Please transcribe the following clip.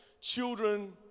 Children